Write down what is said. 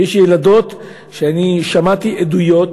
ויש ילדות, שמעתי עדויות